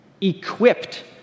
equipped